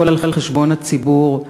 הכול על חשבון הציבור.